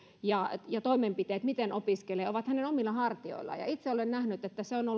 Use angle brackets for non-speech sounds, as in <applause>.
ja ja toimenpiteet miten opiskelee ovat hänen omilla hartioillaan itse olen nähnyt myös se on <unintelligible>